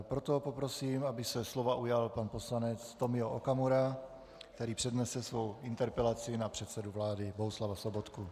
Proto poprosím, aby se slova ujal pan poslanec Tomio Okamura, který přednese svou interpelaci na předsedu vlády Bohuslava Sobotku.